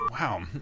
Wow